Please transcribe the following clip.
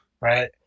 Right